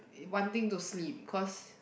one thing to sleep because